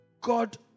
God